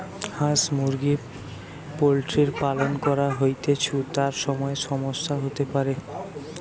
হাঁস মুরগি পোল্ট্রির পালন করা হৈতেছু, তার সময় সমস্যা হতে পারে